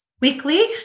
weekly